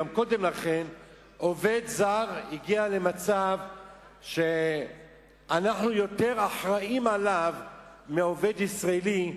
גם קודם לכן עובד זר הגיע למצב שאנחנו יותר אחראים לו מלעובד ישראלי.